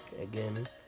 again